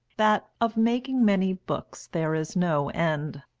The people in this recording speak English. that of making many books there is no end,